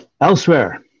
Elsewhere